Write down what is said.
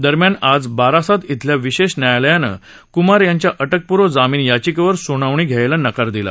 दरम्यान आज बारासात इथल्या विशेष न्यायालयानं क्मार यांच्या अटकपूर्व जामीन याचिकेवर स्नावणी करायला नकार दिला